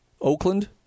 Oakland